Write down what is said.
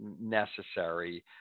necessary